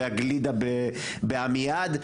והגלידה בעמיעד,